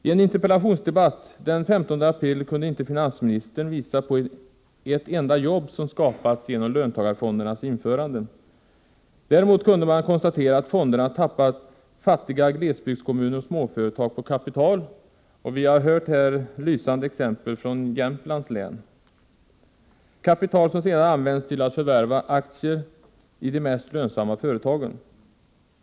I en interpellationsdebatt den 15 april kunde inte finansministern visa på ett enda jobb som skapats genom löntagarfondernas införande. Däremot kunde man konstatera att fonderna tappat fattiga glesbygdskommuner och småföretag på kapital — kapital som sedan använts till att förvärva aktier i de mest lönsamma företagen. Vi har här fått höra lysande exempel på detta från Jämtlands län.